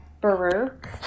Baruch